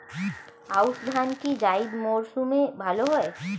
আউশ ধান কি জায়িদ মরসুমে ভালো হয়?